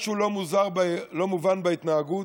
משהו לא מובן בהתנהגות.